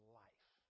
life